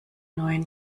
neuen